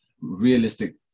realistic